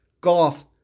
golf